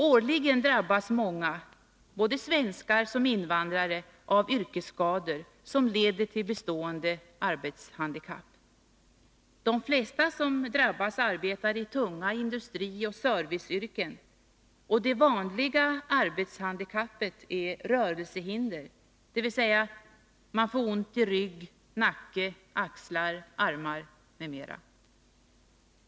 Årligen drabbas många, såväl svenskar som invandrare, av yrkesskador som leder till bestående arbetshandikapp. De flesta som drabbas arbetar i tunga industrioch serviceyrken, och det vanligaste arbetshandikappet är rörelsehinder, dvs. man får ont i rygg, nacke, axlar, armar e. d.